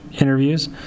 interviews